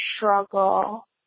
struggle